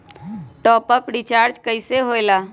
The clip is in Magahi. टाँप अप रिचार्ज कइसे होएला?